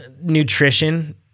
nutrition